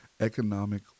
economic